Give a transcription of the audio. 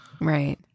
Right